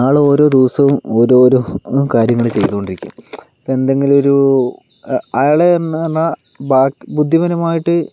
ആളോരോ ദിവസവും ഓരോരോ കാര്യങ്ങൾ ചെയ്തുകൊണ്ടിരിക്കും ഇപ്പം എന്തെങ്കിലും ഒരു അയാളെന്ന് പറഞ്ഞാൽ ബുദ്ധിപരമായിട്ട്